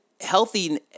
healthy